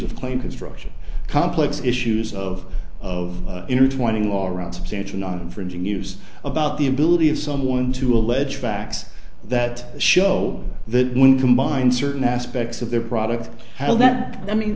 of claim construction complex issues of of intertwining all around substantial not infringing use about the ability of someone to allege facts that show that when combined certain aspects of their product well that i mean